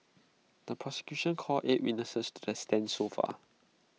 the prosecution called eight witnesses to that's stand so far